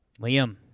Liam